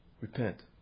Repent